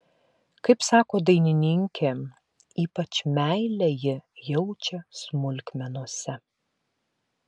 kaip sako dainininkė ypač meilę ji jaučia smulkmenose